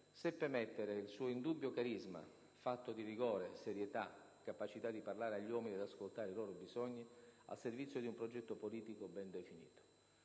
seppe mettere il suo indubbio carisma - fatto di rigore, serietà, capacità di parlare agli uomini ed ascoltare i loro bisogni - al servizio di un progetto politico ben definito.